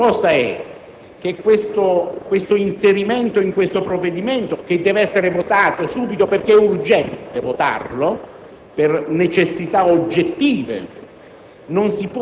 La mia proposta è che l'inserimento in questo provvedimento, che deve essere votato subito perché è urgente votarlo per necessità oggettive,